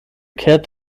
kehrt